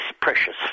precious